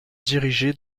dirigés